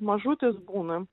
mažutis būna